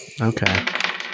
Okay